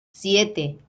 siete